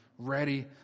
ready